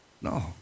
No